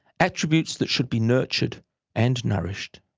attributes that should be nurtured and nourished.